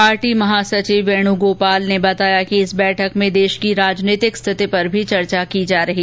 party महासचिव Venugopal ने बताया है कि इस बैठक में देश की राजनीतिक स्थिति पर भी चर्चा होगी